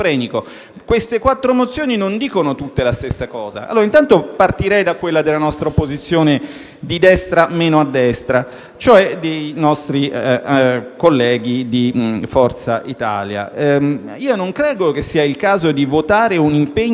Le quattro mozioni non dicono tutte la stessa cosa. Intanto, partirei dalla mozione della nostra opposizione di destra meno a destra, e cioè quella dei nostri colleghi di Forza Italia. Io non credo che sia il caso di votare un impegno